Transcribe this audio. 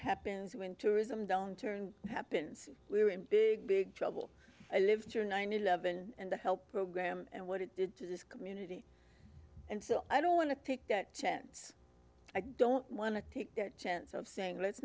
happens when tourism downturn happens we are in big big trouble i lived through nine eleven and the help program and what it did to this community and so i don't want to take that chance i don't want to take their chance of saying let's